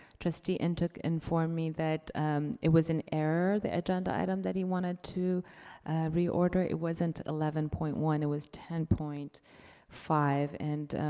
trustee and ntuk informed me that it was an error, the agenda item that he wanted to reorder, it wasn't eleven point one, it was ten point five. and